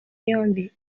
yombi